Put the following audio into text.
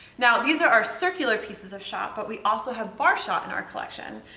now these are our circular pieces of shot, but we also have bar shot in our collection.